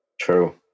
True